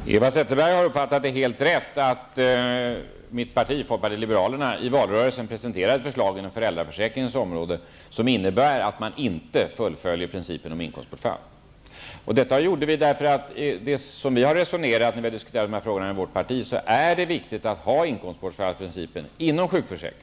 Herr talman! Eva Zetterberg har helt riktigt uppfattat att mitt parti, folkpartiet liberalerna, i valrörelsen presenterade ett förslag inom föräldraförsäkringens område som innebär att man inte fullföljer principen om inkomstbortfall. När vi har diskuterat dessa frågor i partiet har vi funnit att det är viktigt att ha inkomstbortfallsprincipen inom sjukförsäkringen,